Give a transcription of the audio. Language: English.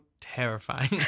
terrifying